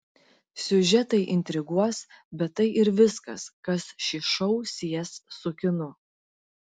siužetai intriguos bet tai ir viskas kas šį šou sies su kinu